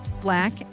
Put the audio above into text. black